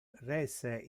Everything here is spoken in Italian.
rese